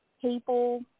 people